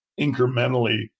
incrementally